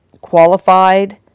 qualified